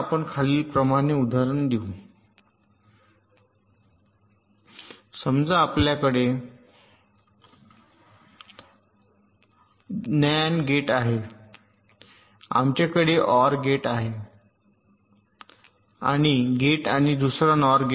आपण खालीलप्रमाणे उदाहरण घेऊ समजा आपल्याकडे नअँड गेट आहे आमच्याकडे ओआर गेट आहे आणि गेट आणि दुसरा NOR गेट